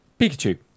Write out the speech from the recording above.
Pikachu